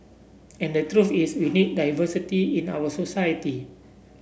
and the truth is we need diversity in our society